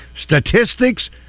statistics